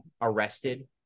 arrested